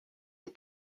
des